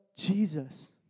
Jesus